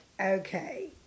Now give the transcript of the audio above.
okay